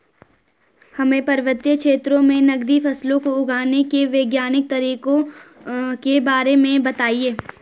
हमें पर्वतीय क्षेत्रों में नगदी फसलों को उगाने के वैज्ञानिक तरीकों के बारे में बताइये?